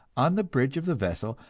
on the bridge of the vessel,